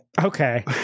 Okay